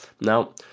now